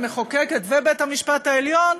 המחוקקת ובית-המשפט העליון,